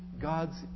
God's